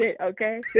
okay